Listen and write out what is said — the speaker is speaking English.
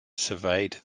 surveyed